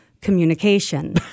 communication